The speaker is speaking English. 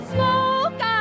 Smoke